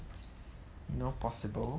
no possible